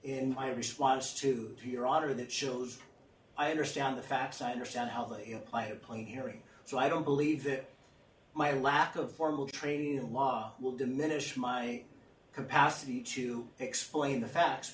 in my response to your honor that shows i understand the facts i understand how they apply upon hearing so i don't believe that my lack of formal training in law will diminish my capacity to explain the fa